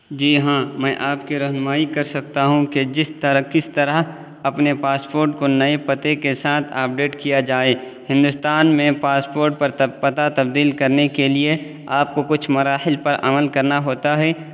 جی ہاں میں آپ کی رہنمائی کر سکتا ہوں کہ جس کس طرح اپنے پاسپوٹ کو نئے پتے کے ساتھ اپ ڈیٹ کیا جائے ہندوستان میں پاسپوٹ پر پتہ تبدیل کرنے کے لیے آپ کو کچھ مراحل پر عمل کرنا ہوتا ہے